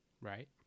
Right